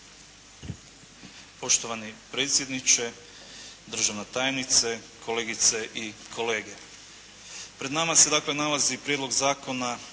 Poštovani predsjedniče, državna tajnice, kolegice i kolege. Pred nama se dakle nalazi Prijedlog zakona